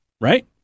right